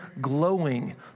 glowing